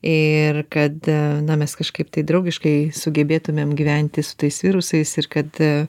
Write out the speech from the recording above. ir kada na mes kažkaip tai draugiškai sugebėtumėm gyventi su tais virusais ir kad